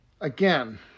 again